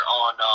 on